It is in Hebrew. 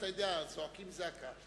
אתה יודע, זועקים זעקה.